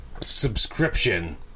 subscription